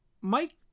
Mike